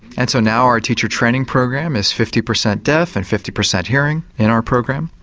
and so now our teacher training program is fifty percent deaf and fifty percent hearing in our program.